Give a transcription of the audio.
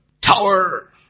tower